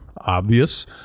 obvious